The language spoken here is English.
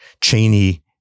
Cheney